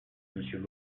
monsieur